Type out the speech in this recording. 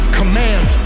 command